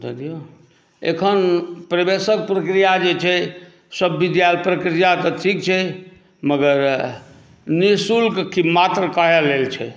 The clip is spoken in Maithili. एखन प्रवेशक प्रक्रिया जे छै सभप्रक्रिया तऽ ठीक छै मगर निःशुल्क मात्र कहय लेल छै